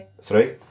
Three